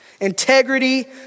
Integrity